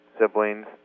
siblings